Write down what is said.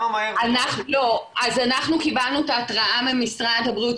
אז אנחנו קיבלנו את ההתראה ממשרד הבריאות,